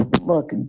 Look